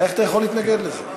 איך אתה יכול להתנגד לזה?